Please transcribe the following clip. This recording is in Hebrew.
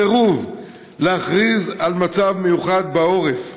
הסירוב להכריז על מצב מיוחד בעורף.